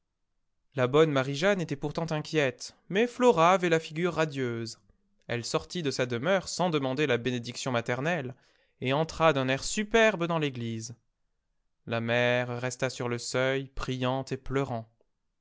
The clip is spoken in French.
l bonne marie-jeanne était pourtant iri uiele mais flora avait la ligure radieuse elle sortit de sa demeure sans demander la bénédiction maternelle et entra d'un air superbe dans l'église la mère resta sur le seuil priant et pleurant